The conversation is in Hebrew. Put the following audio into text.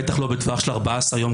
בטח לא בטווח של 14 יום,